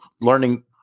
learning